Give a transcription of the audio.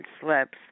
slips